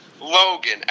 Logan